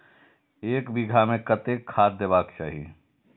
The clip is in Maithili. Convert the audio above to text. एक बिघा में कतेक खाघ देबाक चाही?